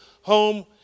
home